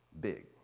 big